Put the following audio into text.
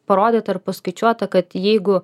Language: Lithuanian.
parodyta ar paskaičiuota kad jeigu